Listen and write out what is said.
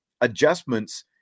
adjustments